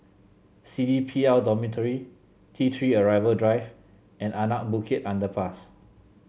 C D P L Dormitory T Three Arrival Drive and Anak Bukit Underpass